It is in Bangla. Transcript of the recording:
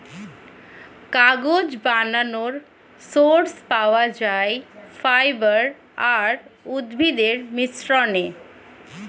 কাগজ বানানোর সোর্স পাওয়া যায় ফাইবার আর উদ্ভিদের মিশ্রণে